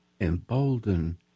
embolden